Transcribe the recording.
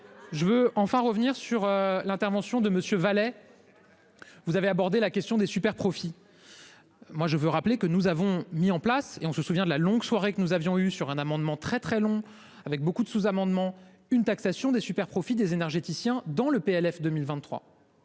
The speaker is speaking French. Je veux enfin revenir sur l'intervention de monsieur Valeix. Vous avez abordé la question des superprofits. Moi je veux rappeler que nous avons mis en place et on se souvient de la longue soirée que nous avions eu sur un amendement très très long, avec beaucoup de sous-amendements une taxation des superprofits des énergéticiens dans le PLF 2023.